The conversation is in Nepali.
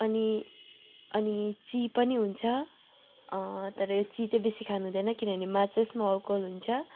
अनि अनि ची पनि हुन्छ तर यो ची चाहिँ बेसी खानु हुँदैन किनभने मात्छ यसमा अल्कोहल हुन्छ